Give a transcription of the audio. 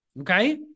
Okay